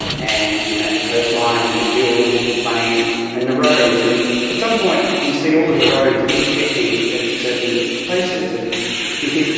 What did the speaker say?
and you map the coastline and the hills and the plains and the roads, and at some point you see all of the roads intersecting at certain places and you think,